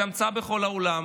זו המצאה בכל העולם.